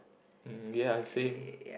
mm ya same